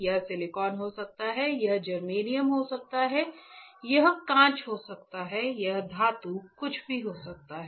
यह सिलिकॉन हो सकता है यह जर्मेनियम हो सकता है यह कांच हो सकता है यह धातु कुछ भी हो सकता है